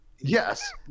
Yes